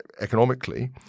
economically